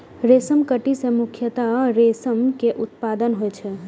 रेशम कीट सं मुख्यतः रेशम के उत्पादन होइ छै